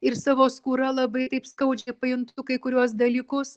ir savo skūra labai taip skaudžiai pajuntu kai kuriuos dalykus